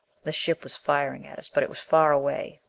the ship was firing at us, but it was far away.